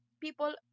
People